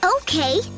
Okay